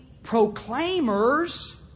proclaimers